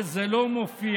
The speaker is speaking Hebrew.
וזה לא מופיע.